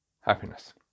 happiness